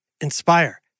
inspire